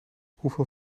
hoeveel